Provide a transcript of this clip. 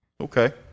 okay